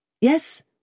Yes